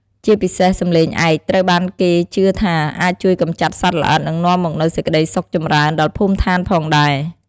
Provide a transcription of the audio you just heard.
ជាពិសេស សំឡេងឯក ត្រូវបានគេជឿថា អាចជួយកម្ចាត់សត្វល្អិត និងនាំមកនូវសេចក្តីសុខចម្រើនដល់ភូមិឋានផងដែរ។